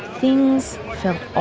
things felt